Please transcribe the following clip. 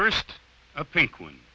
first i think when